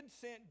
sent